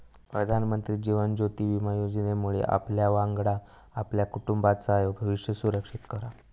प्रधानमंत्री जीवन ज्योति विमा योजनेमुळे आपल्यावांगडा आपल्या कुटुंबाचाय भविष्य सुरक्षित करा